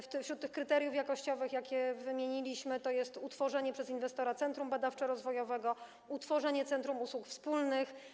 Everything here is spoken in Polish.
Wśród tych kryteriów jakościowych, jakie wymieniliśmy, jest utworzenie przez inwestora centrum badawczo-rozwojowego czy utworzenie centrum usług wspólnych.